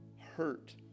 hurt